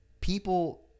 People